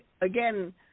again